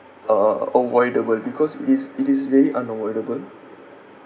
uh avoidable because it is it is very unavoidable